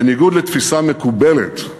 בניגוד לתפיסה מקובלת,